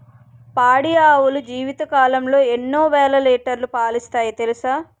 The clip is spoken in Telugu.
పాడి ఆవులు జీవితకాలంలో ఎన్నో వేల లీటర్లు పాలిస్తాయి తెలుసా